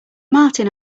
martin